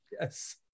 Yes